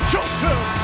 Joseph